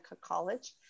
college